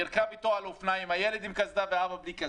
שהוא ירכב אתו על אופניים כשהילד עם קסדה והוא לא.